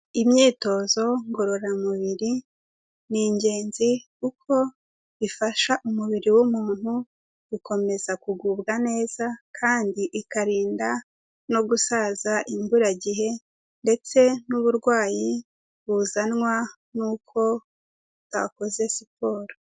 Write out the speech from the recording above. Imyitozo ngororamubiri ni ingenzi kuko ifasha umubiri w'umuntu gukomeza kugubwa neza, kandi ikarinda no gusaza imburagihe ndetse n'uburwayi buzanwa n'uko utakoze siporo.